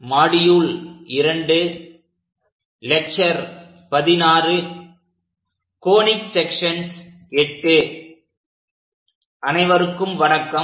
conic sections VIII அனைவருக்கும் வணக்கம்